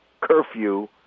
curfew